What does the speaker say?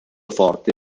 forte